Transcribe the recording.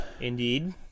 Indeed